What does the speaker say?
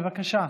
בבקשה.